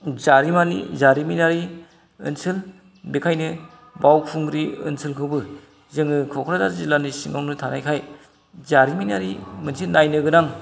जारिमिनारि ओनसोल बेखायनो बावखुंग्रि ओनसोलखौबो जोङो क'क्राझार जिल्लानि सिङावनो थानायखाय जारिमिनारि मोनसे नायनो गोनां